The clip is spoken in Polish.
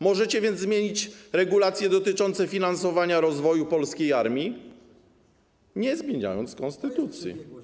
Możecie więc zmienić regulacje dotyczące finansowania rozwoju polskiej armii, nie zmieniając konstytucji.